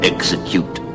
Execute